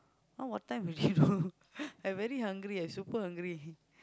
now what time already you know I very hungry I super hungry